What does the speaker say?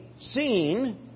seen